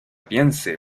piense